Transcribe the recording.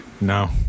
No